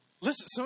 listen